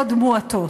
שלו מאוד מועטות.